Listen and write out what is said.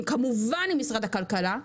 כמובן עם משרד הכלכלה,